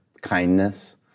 kindness